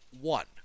one